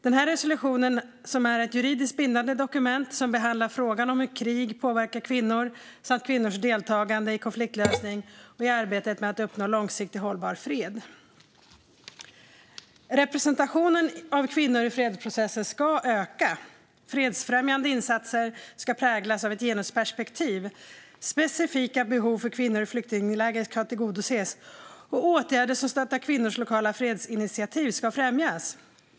Denna resolution är ett juridiskt bindande dokument som behandlar frågan om hur krig påverkar kvinnor samt kvinnors deltagande i konfliktlösning och i arbetet med att uppnå långsiktigt hållbar fred. Representationen av kvinnor i fredsprocesser ska öka, fredsfrämjande insatser ska präglas av ett genusperspektiv, specifika behov för kvinnor i flyktingläger ska tillgodoses och åtgärder som stöttar kvinnors lokala fredsinitiativ ska främjas.